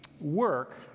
work